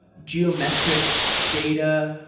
geometric data.